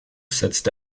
setzte